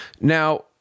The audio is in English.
Now